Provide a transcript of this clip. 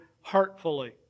heartfully